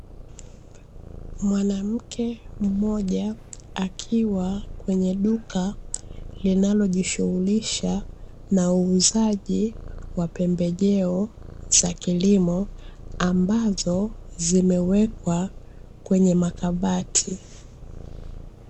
Mwanamke mmoja akiwa kwenye duka linalojishughulisha na uuzaji wa pembejeo za kilimo, ambazo zimewekwa kwenye makabati.